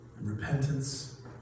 repentance